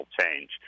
change